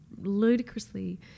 ludicrously